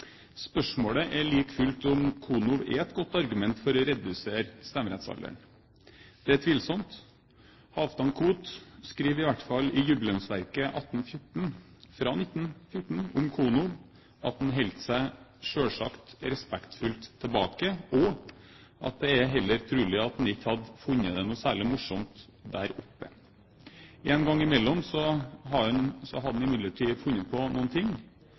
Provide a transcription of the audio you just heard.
Spørsmålet er like fullt om Konow er et godt argument for å senke stemmerettsalderen. Det er tvilsomt. Halvdan Koht skriver i hvert fall i 1914 i jubileumsverket «Eidsvoll 1814» om Konow at han selvsagt holdt seg respektfullt tilbake, og at han trolig heller ikke hadde funnet det noe særlig morsomt der oppe. En gang imellom hadde han imidlertid funnet på noe, og det er sett som sannsynlig at det var han som stemte på